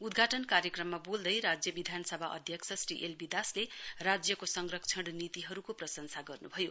उद्घाटन कार्यक्रममा बोल्दै राज्य विधानसभा अध्यक्ष घी एल बी दासले राज्यको संरक्षण नीतिहरूको प्रशंसा गर्नुभयो